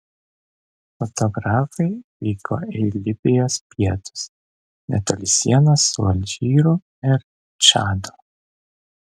fotografai vyko į libijos pietus netoli sienos su alžyru ir čadu